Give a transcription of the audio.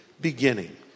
beginning